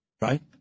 right